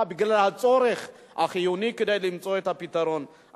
בגלל הצורך החיוני כדי למצוא את הפתרון.